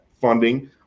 funding